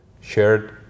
shared